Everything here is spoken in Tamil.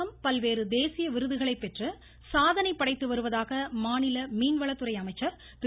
தமிழகம் பல்வேறு தேசிய விருதுகளை பெற்று சாதனை படைத்து வருவதாக மாநில மீன்வளத்துறை திரு